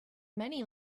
many